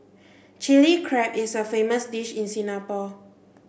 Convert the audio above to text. Chilli Crab is a famous dish in Singapore